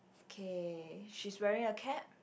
okay she's wearing a cap